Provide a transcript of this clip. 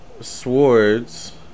Swords